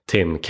Tim